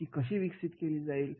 ती कशी विकसित केली जाईल